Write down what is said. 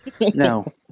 No